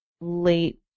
late